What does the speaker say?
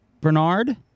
Bernard